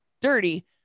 Dirty